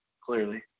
clearly